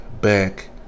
back